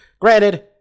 Granted